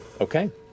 Okay